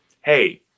hey